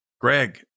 Greg